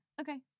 Okay